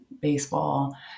baseball